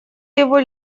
его